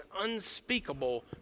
unspeakable